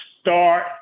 start